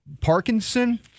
parkinson